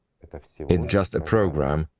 it's just a program,